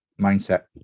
mindset